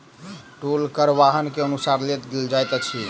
टोल कर वाहन के अनुसार लेल जाइत अछि